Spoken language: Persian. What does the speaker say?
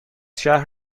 شهر